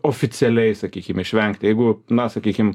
oficialiai sakykim išvengti jeigu na sakykim